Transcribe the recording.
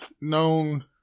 known